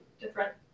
different